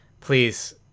please